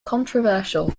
controversial